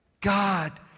God